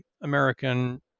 American